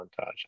montage